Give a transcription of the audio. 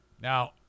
Now